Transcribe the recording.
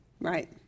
Right